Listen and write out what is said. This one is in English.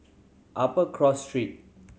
Upper Cross Street